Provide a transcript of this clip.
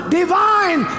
divine